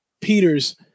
Peters